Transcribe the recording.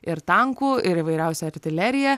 ir tankų ir įvairiausia artilerija